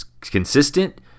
consistent